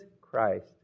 Christ